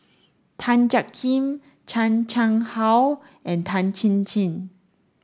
Tan Jiak Kim Chan Chang How and Tan Chin Chin